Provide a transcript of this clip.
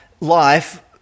life